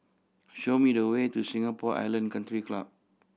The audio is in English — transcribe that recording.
show me the way to Singapore Island Country Club